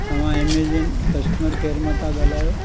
तव्हां Amazon customer care मां सां ॻाल्हायो